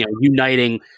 uniting